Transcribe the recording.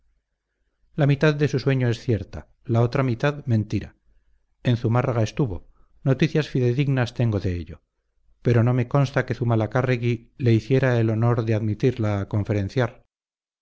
la mitad de su sueño es cierta la otra mitad mentira en zumárraga estuvo noticias fidedignas tengo de ello pero no me consta que zumalacárregui le hiciera el honor de admitirla a conferenciar